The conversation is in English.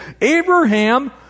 Abraham